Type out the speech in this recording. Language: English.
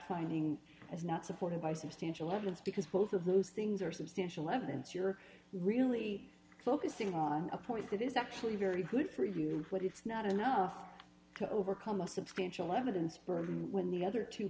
finding is not supported by substantial evidence because both of those things are substantial evidence you're really focusing on a point that is actually very good for you what is not enough to overcome the substantial evidence when the other two